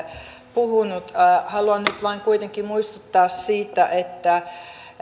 puhunut haluan nyt vain kuitenkin muistuttaa siitä että